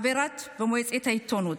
חברה במועצת העיתונות,